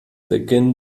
beginn